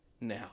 now